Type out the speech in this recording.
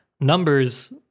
numbers